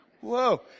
Whoa